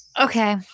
Okay